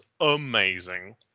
amazing